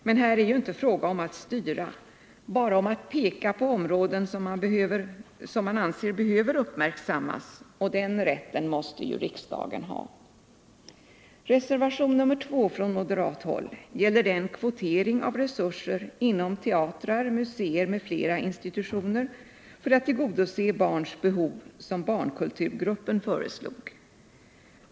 Men här är det ju inte fråga om att styra, bara om att peka på områden som man anser behöver uppmärksammas, och den rätten måste ju riksdagen ha. Reservation nr 2 från moderat håll gäller den kvotering av resurser inom teatrar, museer m.fl. institutioner för att tillgodose barns behov som barnkulturgruppen föreslog.